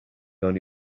only